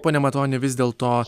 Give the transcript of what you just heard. pone matoni vis dėlto